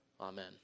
Amen